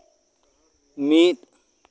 ᱢᱤᱫ